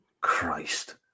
Christ